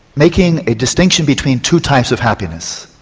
making a distinction between two types of happiness.